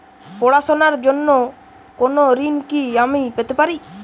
পড়াশোনা র জন্য কোনো ঋণ কি আমি পেতে পারি?